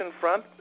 front